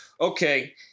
okay